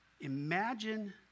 imagine